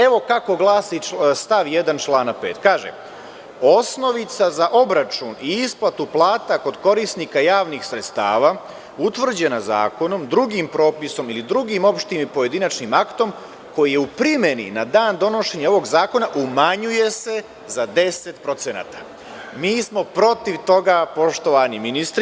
Evo kako glasi stav 1. člana 5: „Osnovica za obračun i isplatu plata kod korisnika javnih sredstava utvrđena zakonom, drugim propisom ili drugim opštim ili pojedinačnim aktom, koji je u primeni na dan donošenja ovog zakona, umanjuje se za 10%.“ Mi smo protiv toga, poštovani ministri.